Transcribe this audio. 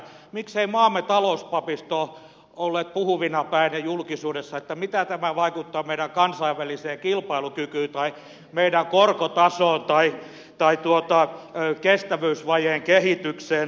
miksei maamme talouspapisto ole puhuvina päinä julkisuudessa että mitä tämä vaikuttaa meidän kansainväliseen kilpailukykyyn tai meidän korkotasoon tai kestävyysvajeen kehitykseen